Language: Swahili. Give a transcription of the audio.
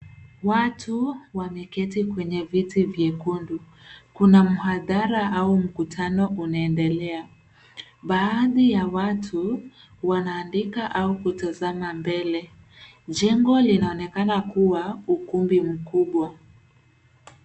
Watu wameketi kwenye viti vyekundu, kuna muhadhara au mkutano unendelea. Baadhi ya watu wanaandika au kutazama mbele, jengo linaonekana kuwa ukumbi mkubwa.